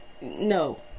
No